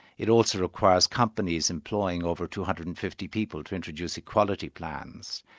it also requires companies employing over two hundred and fifty people to introduce equality plans,